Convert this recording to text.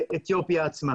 באתיופיה עצמה.